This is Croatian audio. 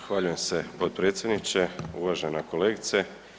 Zahvaljujem se potpredsjedniče, uvažena kolegice.